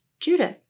Judith